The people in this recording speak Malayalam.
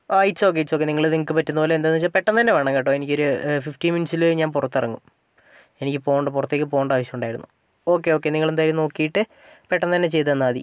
ആ ഇറ്റ്സ് ഓക്കേ ഇറ്റ്സ് ഓക്കേ നിങ്ങൾ നിങ്ങൾക്ക് പറ്റുന്ന പോലെ എന്താന്ന് വെച്ചാൽ പെട്ടെന്ന് തന്നെ വേണം കേട്ടോ എനിക്കൊരു ഒരു ഫിഫ്റ്റീൻ മിനിറ്റ്സിൽ ഞാൻ പുറത്ത് ഇറങ്ങും എനിക്ക് പോവേണ്ട പുറത്തേക്ക് പോവേണ്ട ആവശ്യം ഉണ്ടായിരുന്നു ഓക്കേ ഓക്കേ നിങ്ങൾ എന്തായാലും നോക്കിയിട്ട് പെട്ടെന്ന് തന്നെ ചെയ്ത് തന്നാൽ മതി